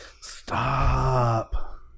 Stop